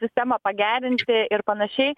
sistemą pagerinti ir panašiai